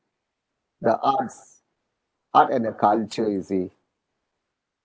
the arts art and the culture you see